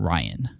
Ryan